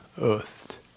earthed